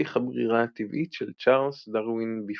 תהליך הברירה הטבעית של צ'ארלס דרווין בפעולה,